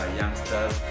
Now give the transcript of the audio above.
youngsters